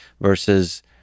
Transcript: versus